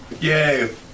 Yay